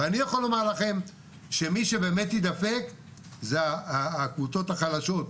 ואני יכול לומר לכם שמי שבאמת יידפק זה הקבוצות החלשות,